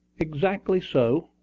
exactly so.